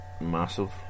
massive